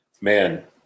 man